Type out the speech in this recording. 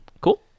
Cool